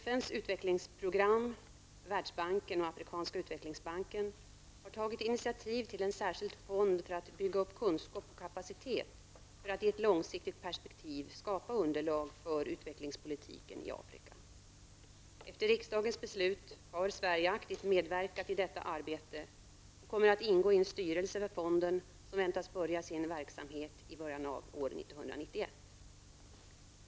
FNs utvecklingsprogram, Världsbanken och Afrikanska utvecklingsbanken har tagit initiativ till en särskild fond för att bygga upp kunskap och kapacitet för att i ett långsiktigt perspektiv skapa underlag för utvecklingspolitiken i Afrika. Efter riksdagens beslut har Sverige aktivt medverkat i detta arbete och kommer att ingå i en styrelse för fonden som väntas börja sin verksamhet i början av år 1991.